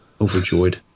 overjoyed